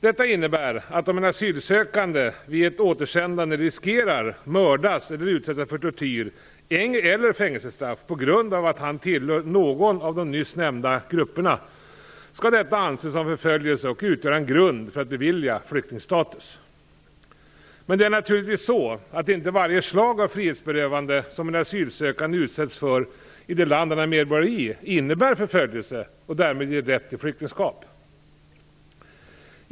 Detta innebär att om en asylsökande vid ett återsändande riskerar att mördas eller utsättas för tortyr eller fängelsestraff på grund av att han tillhör någon av de nyss nämnda grupperna skall detta anses som förföljelse och utgöra en grund för att bevilja flyktingstatus. Men det är naturligtvis så att inte varje slag av frihetsberövande som en asylsökande utsatts för i det land han är medborgare i innebär förföljelse som ger rätt till flyktingskap.